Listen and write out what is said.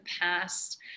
past